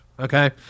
okay